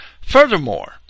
Furthermore